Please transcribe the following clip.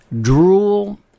drool